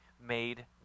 made